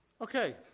Okay